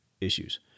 issues